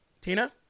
Tina